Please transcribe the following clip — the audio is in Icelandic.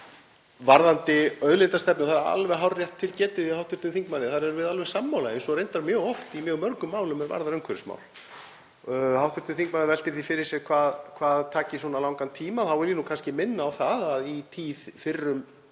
þá er alveg hárrétt til getið hjá hv. þingmanni að þar erum við alveg sammála eins og reyndar mjög oft í mjög mörgum málum er varðar umhverfismál. Hv. þingmaður veltir því fyrir sér hvað taki svona langan tíma. Þá vil ég nú kannski minna á það að í tíð fyrrum